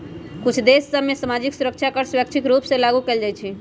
कुछ देश सभ में सामाजिक सुरक्षा कर स्वैच्छिक रूप से लागू कएल जाइ छइ